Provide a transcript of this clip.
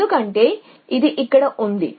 ఎందుకంటే ఇది ఇక్కడ ఉంది